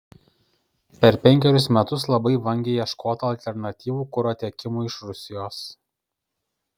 per penkerius metus labai vangiai ieškota alternatyvų kuro tiekimui iš rusijos